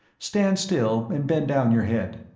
stand still and bend down your head.